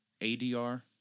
ADR